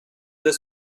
the